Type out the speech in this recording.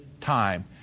time